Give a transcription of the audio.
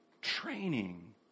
training